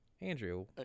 Andrew